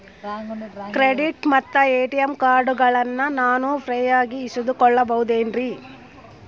Credit ಮತ್ತ ATM ಕಾರ್ಡಗಳನ್ನ ನಾನು ಫ್ರೇಯಾಗಿ ಇಸಿದುಕೊಳ್ಳಬಹುದೇನ್ರಿ?